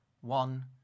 One